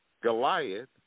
Goliath